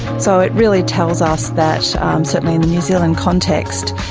so it really tells us that certainly in the new zealand context,